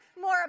more